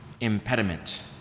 impediment